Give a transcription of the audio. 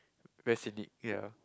very scenic ya